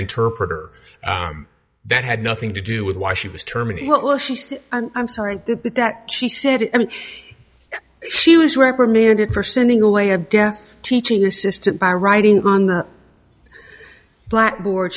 interpreter that had nothing to do with why she was terminated well she said i'm sorry that she said she was reprimanded for sending a way of death teaching assistant by writing on the blackboard